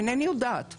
אינני יודעת.